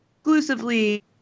exclusively